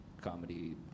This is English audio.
comedy